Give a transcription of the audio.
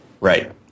Right